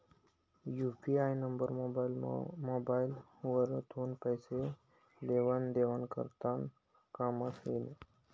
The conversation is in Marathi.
यू.पी.आय नंबर मोबाइल वरथून पैसा लेवा देवा करता कामंमा येस